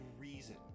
reason